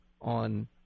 on